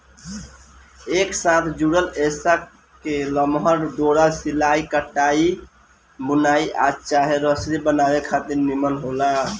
एक साथ जुड़ल रेसा के लमहर डोरा सिलाई, कढ़ाई, बुनाई आ चाहे रसरी बनावे खातिर निमन होला